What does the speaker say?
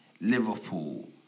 Liverpool